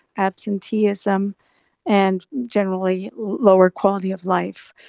absenteeism and generally lower quality of life.